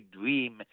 dream